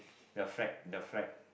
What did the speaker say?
the flag the flag